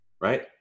right